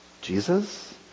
Jesus